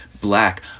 black